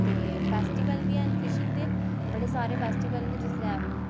ते फैस्टीबल बी हैन फिशिंग दे बड़े सारे फैस्टीबल न जिसलै